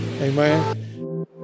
Amen